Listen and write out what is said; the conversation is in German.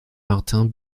martin